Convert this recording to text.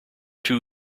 two